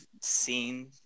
seen